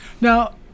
now